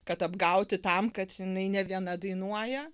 kad apgauti tam kad jinai ne viena dainuoja